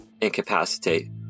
incapacitate